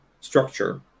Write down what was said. structure